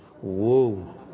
Whoa